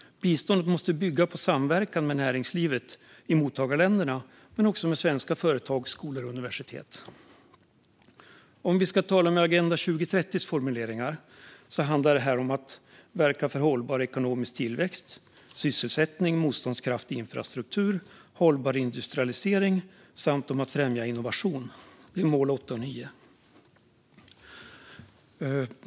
Biståndet måste bygga på samverkan med näringslivet i mottagarländerna, men också med svenska företag, skolor och universitet. Om vi ska tala med formuleringarna i Agenda 2030 handlar allt detta om att verka för hållbar ekonomisk tillväxt, sysselsättning, motståndskraftig infrastruktur och hållbar industrialisering samt om att främja innovation. Det är mål 8 och mål 9.